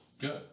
good